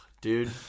dude